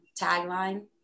tagline